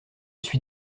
suis